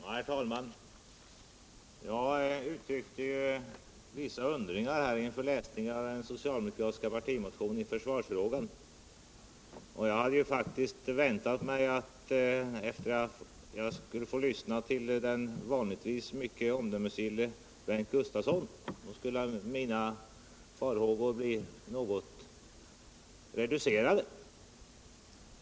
Herr talman! Jag uttryckte ju vissa undringar inför läsningen av den socialdemokratiska partimotionen i försvarsfrågan, och jag hade faktiskt väntat mig att efter det att jag fått lyssna till den vanligtvis mycket omdömesgille Bengt Gustavsson skulle mina farhågor blir något reducerade.